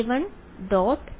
വിദ്യാർത്ഥി a1